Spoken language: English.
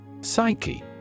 Psyche